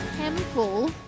Temple